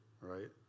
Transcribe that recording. right